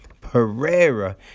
Pereira